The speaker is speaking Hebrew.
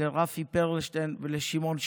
לרפי פרלשטיין ולשמעון שטרית.